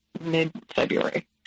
mid-February